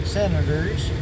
senators